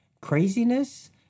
craziness